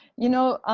you know,